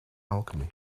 alchemy